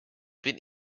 been